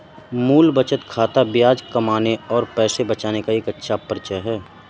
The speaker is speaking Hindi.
मूल बचत खाता ब्याज कमाने और पैसे बचाने का एक अच्छा परिचय है